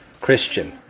Christian